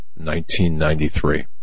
1993